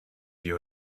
you